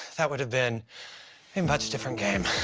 that would've been a much different game.